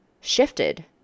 shifted